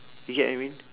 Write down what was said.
you get what I mean